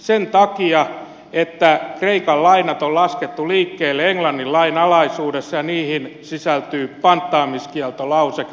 sen takia että kreikan lainat on laskettu liikkeelle englannin lain alaisuudessa ja niihin sisältyy panttaamiskieltolauseke